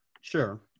sure